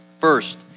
First